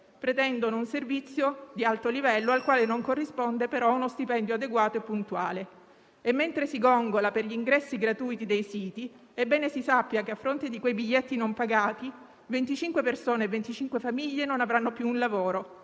Pretendono un servizio di alto livello, al quale non corrisponde però uno stipendio adeguato e puntuale. Mentre si gongola per gli ingressi gratuiti dei siti, è bene si sappia che, a fronte di quei biglietti non pagati, 25 persone e 25 famiglie non avranno più un lavoro.